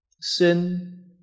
sin